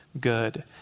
good